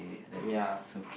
ya